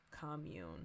commune